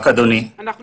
יש